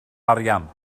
arian